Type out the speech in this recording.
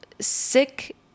sick